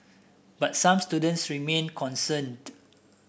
but some students remain concerned